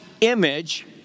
image